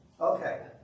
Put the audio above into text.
Okay